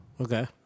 Okay